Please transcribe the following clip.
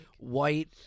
White